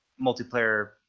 multiplayer